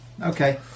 Okay